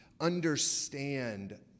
understand